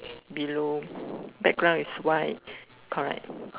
below background is white correct